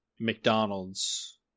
McDonald's